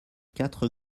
quatre